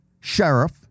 Sheriff